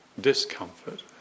discomfort